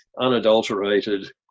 unadulterated